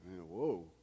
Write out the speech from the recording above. Whoa